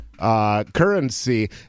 currency